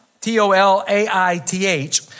T-O-L-A-I-T-H